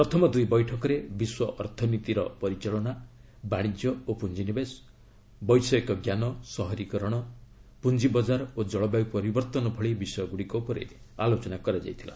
ପ୍ରଥମ ଦୁଇ ବୈଠକରେ ବିଶ୍ୱ ଅର୍ଥନୀତିର ପରିଚାଳନା ବାଣିଜ୍ୟ ଓ ପୁଞ୍ଜିନିବେଶ ବୈଷୟିକ ଜ୍ଞାନ ସହରୀକରଣ ପୁଞ୍ଜିବଜାର ଓ ଜଳବାୟୁ ପରିବର୍ତ୍ତନ ଭଳି ବିଷୟ ଗୁଡ଼ିକ ଉପରେ ଆଲୋଚନା ହୋଇଥିଲା